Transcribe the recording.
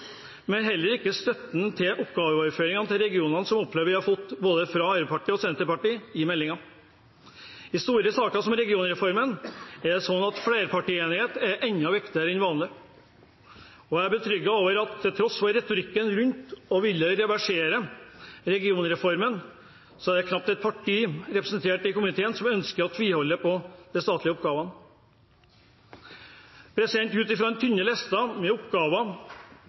men heller ikke uten den støtten til oppgaveoverføring til regionene som jeg opplever vi har fått fra både Arbeiderpartiet og Senterpartiet. I store saker som regionreformen er slik flerpartienighet enda viktigere enn vanlig, og jeg er betrygget av at til tross for retorikken rundt det å ville reversere regionreformen er det knapt ett parti representert i komiteen som ønsker å tviholde på statlige oppgaver. Ut fra den tynne listen med